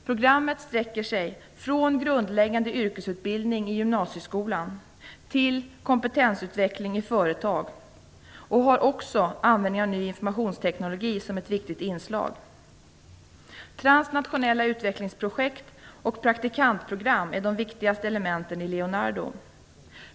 Programmet sträcker sig från grundläggande yrkesutbildning i gymnasieskolan till kompetensutveckling i företag och har också användning av ny informationsteknologi som ett viktigt inslag. Transnationella utvecklingsprojekt och praktikantprogram är de viktigaste elementen i Leonardo.